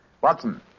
Watson